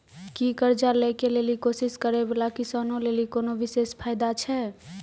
कि कर्जा लै के लेली कोशिश करै बाला किसानो लेली कोनो विशेष फायदा छै?